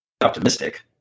optimistic